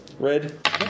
Red